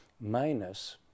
minus